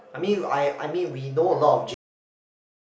I mean I I mean we know a lot of James which James